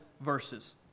verses